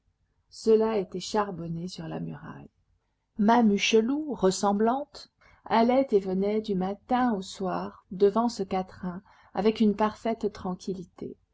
cela était charbonné sur la muraille mame hucheloup ressemblante allait et venait du matin au soir devant ce quatrain avec une parfaite tranquillité